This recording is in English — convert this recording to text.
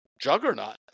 juggernaut